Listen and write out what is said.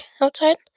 outside